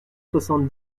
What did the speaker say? soixante